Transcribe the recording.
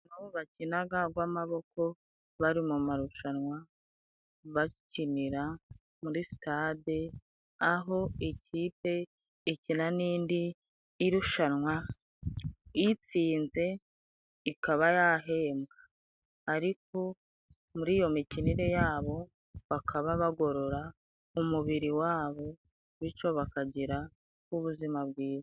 Abo bakinaga gwamaboko bari mu marushanwa bakinira muri sitade. Aho ikipe ikina n'indi irushanwa itsinze ikaba yahembwa. Ariko muri iyo mikinire yabo bakaba bagorora umubiri wabo, bityo bakagira ubuzima bwiza.